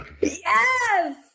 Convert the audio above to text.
Yes